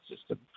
system